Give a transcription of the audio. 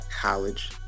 college